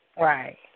Right